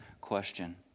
question